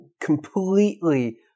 completely